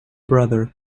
brother